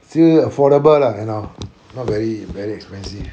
其实 affordable lah you know not very very expensive